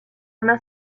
una